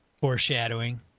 foreshadowing